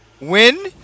Win